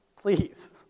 Please